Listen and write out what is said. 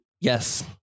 Yes